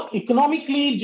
economically